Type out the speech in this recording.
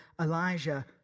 Elijah